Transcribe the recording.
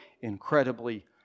incredibly